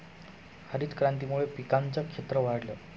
हरितक्रांतीमुळे पिकांचं क्षेत्र वाढलं